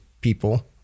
people